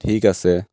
ঠিক আছে